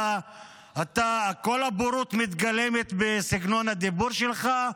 כל הבורות מתגלמת בסגנון הדיבור שלך,